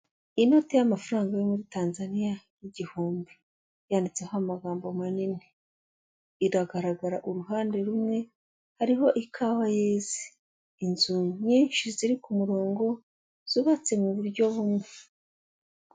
Inote y'amafaranga yo muri Tanzaniya igihumbi yanditseho amagambo manini iragaragara uruhande rumwe hariho ikawa yeze inzu nyinshi ziri ku murongo zubatse mu buryo bumwe.